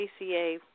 ACA